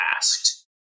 asked